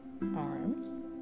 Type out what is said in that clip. arms